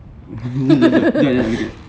jap jap